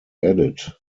edit